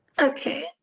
Okay